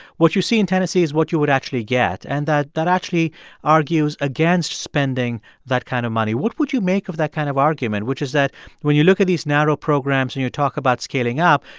what you see in tennessee is what you would actually get. and that that actually argues against spending that kind of money what would you make of that kind of argument, which is that when you look at these narrow programs and you talk about scaling up,